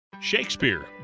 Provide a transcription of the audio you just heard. Shakespeare